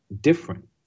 different